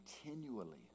continually